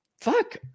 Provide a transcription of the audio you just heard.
fuck